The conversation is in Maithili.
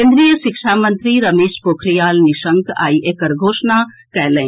केन्द्रीय शिक्षा मंत्री रमेश पोखरियाल निशंक आई एकर घोषणा कएलनि